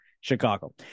Chicago